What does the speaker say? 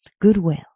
goodwill